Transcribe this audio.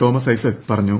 Thomas Isaac പറഞ്ഞു